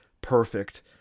perfect